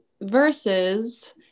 versus